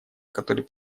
который